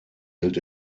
gilt